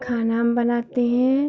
खाना हम बनाते हैं